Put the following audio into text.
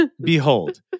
Behold